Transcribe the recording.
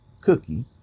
Cookie